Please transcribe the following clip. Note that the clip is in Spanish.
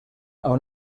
aun